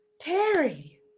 Terry